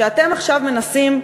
שאתם עכשיו מנסים,